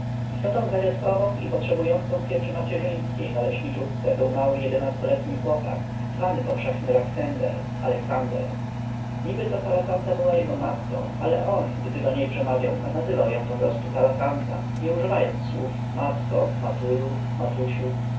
istotą zagadkową i potrzebującą pieczy macierzyńskiej na leśniczówce był mały jedenastoletni chłopak zwany powszechnie laksender aleksander niby to kalasanta była jego matką ale on gdy do niej przemawiał nazywał ją po prostu kalasanta nie używając tytułów matko matusiu matulu ona też